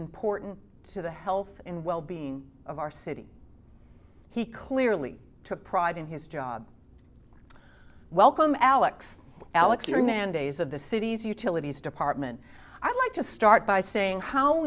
important to the health and well being of our city he clearly took pride in his job welcome alex alex your man days of the city's utilities department i'd like to start by saying how